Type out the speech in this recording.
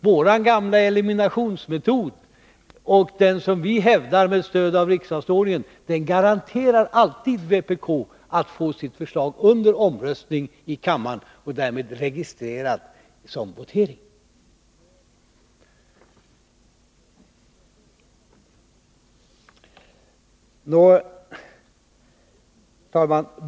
Vår gamla eliminationsmetod, som vi hävdar med stöd av riksdagsordningen, garanterar alltid vpk att få sina förslag under omröstning i kammaren och därmed registrerade i voteringen. Herr talman!